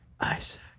Isaac